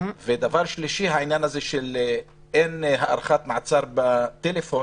דבר שלישי, אין הארכת מעצר בטלפון,